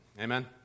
amen